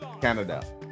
Canada